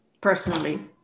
personally